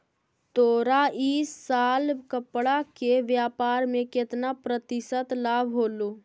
तोरा इ साल कपड़ा के व्यापार में केतना प्रतिशत लाभ होलो?